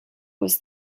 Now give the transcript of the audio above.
was